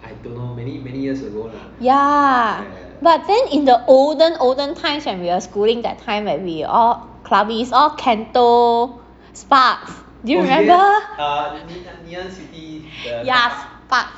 ya but then in the olden olden times when we were schooling that time when we all clubbing is all kental sparks do you remember ya sparks